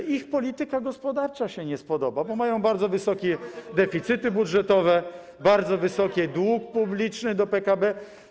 że ich polityka gospodarcza się nie spodoba, bo mają bardzo wysokie deficyty budżetowe, bardzo wysoki dług publiczny w stosunku do PKB.